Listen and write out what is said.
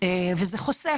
וזה חוסך.